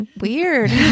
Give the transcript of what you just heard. Weird